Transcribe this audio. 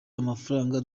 amafaranga